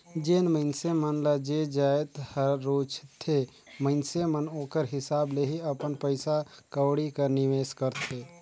जेन मइनसे मन ल जे जाएत हर रूचथे मइनसे मन ओकर हिसाब ले ही अपन पइसा कउड़ी कर निवेस करथे